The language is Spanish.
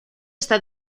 está